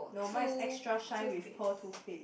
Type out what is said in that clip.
no mine is extra shine with pearl two face